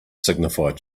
signified